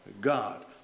God